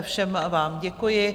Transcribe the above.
Všem vám děkuji.